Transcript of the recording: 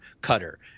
Cutter